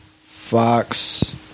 fox